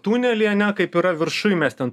tunelį ane kaip yra viršuj mes ten